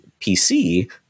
pc